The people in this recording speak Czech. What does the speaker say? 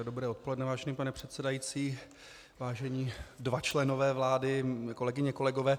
Dobré odpoledne, vážený pane předsedající, vážení dva členové vlády, kolegyně, kolegové.